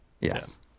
Yes